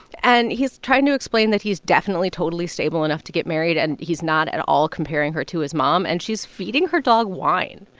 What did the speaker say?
and he's trying to explain that he's definitely, totally stable enough to get married, and he's not at all comparing her to his mom. and she's feeding her dog wine.